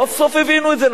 סוף-סוף הבינו את זה.